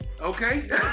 Okay